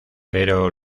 pero